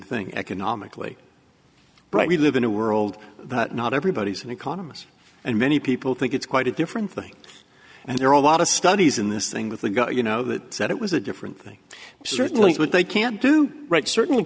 thing economically but we live in a world that not everybody's an economist and many people think it's quite a different thing and there are a lot of studies in this thing with the got you know that it was a different thing certainly what they can do right certainly